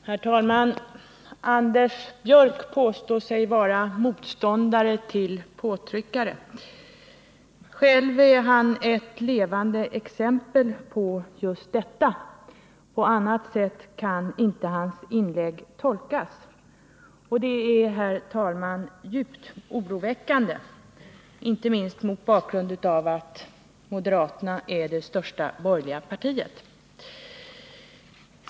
Herr talman! Anders Björck påstod sig vara motståndare till påtryckare. Själv är han ett levande exempel på just påtryckare — på annat sätt kan inte hans inlägg tolkas. Detta är, herr talman, djupt oroväckande, inte minst med tanke på att moderaterna är det största borgerliga partiet.